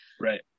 Right